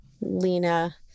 Lena